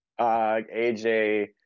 AJ